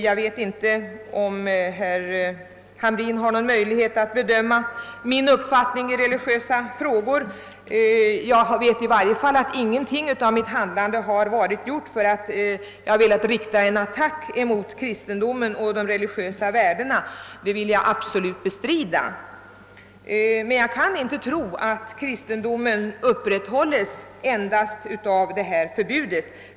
Jag vet inte om herr Hamrin har någon möjlighet att bedöma min uppfattning i religiösa frågor. Jag vet i varje fall att ingenting av mitt handlande varit avsett som en attack mot kristendomen och de religiösa värdena. Men jag kan inte tro att kristendomen upprätthålles endast av dessa förbud.